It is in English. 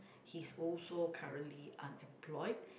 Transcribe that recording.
he's also currently unemployed